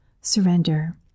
surrender